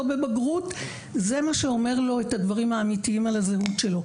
בבגרות זה מה שאומר לו את הדברים האמיתיים על הזהות שלו.